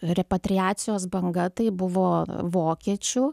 repatriacijos banga tai buvo vokiečių